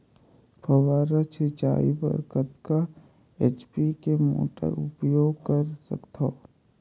फव्वारा सिंचाई बर कतका एच.पी के मोटर उपयोग कर सकथव?